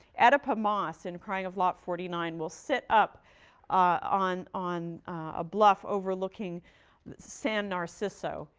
oedipa maas in crying of lot forty nine will sit up on on a bluff overlooking san narciso,